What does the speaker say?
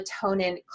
melatonin